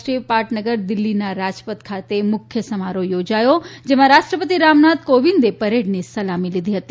રાષ્ટ્રીય પાટનગર દિલ્હીના રાજપથ ખાતે મુખ્ય સમારોહ યોજાયો હતો જેમાં રાષ્ટ્રપતિ રામ નાથ કોવિંદે પરેડની સલામી લીધી હતી